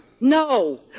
No